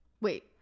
wait